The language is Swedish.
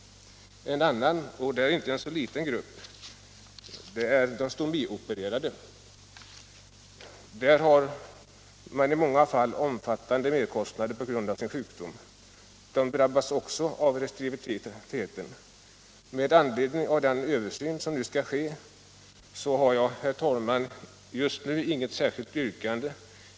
En annan grupp, och den är inte så liten, är de stomiopererade. Här blir det ofta stora merkostnader på grund av sjukdomen. Även denna grupp drabbas av restriktiviteten. Med anledning av en översyn som nu skall ske har jag, herr talman, just nu inget särskilt yrkande.